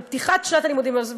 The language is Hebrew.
בפתיחת שנת הלימודים הזאת,